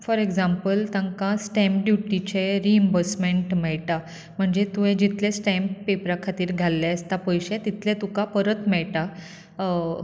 for example तांका stamp ड्यूटीचे reimbursement मेळटां म्हणजे तुवें जितलें स्टेंप पेपरा खातीर घाल्लें आसता पयशे तितलें तुका परत मेळटा